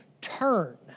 turn